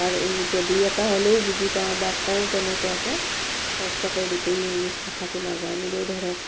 আকাৰ ইংগিতে দুই এটা হ'লেও বুজি পাওঁ বা কওঁ তেনেকুৱাকে স্পষ্টকে গোটেই ইংলিছ ভাষাটো নাজানিলেও ধৰক